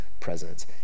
presence